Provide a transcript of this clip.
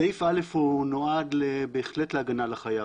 סעיף (א) נועד בהחלט להגנה על החייב,